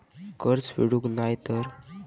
कर्ज फेडूक नाय तर?